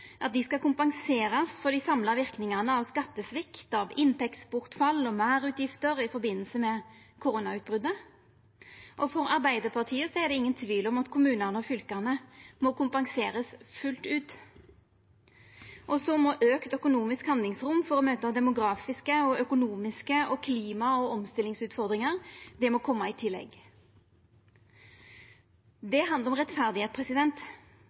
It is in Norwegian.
skal kompenserast for dei samla verknadene av skattesvikt, av inntektsbortfall og meirutgifter i forbindelse med koronautbrotet, og for Arbeidarpartiet er det ingen tvil om at kommunane og fylka må kompenserast fullt ut. Så må auka økonomisk handlingsrom for å møta demografiske og økonomiske utfordringar og klima- og omstillingsutfordringar koma i tillegg. Det handlar om